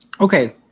Okay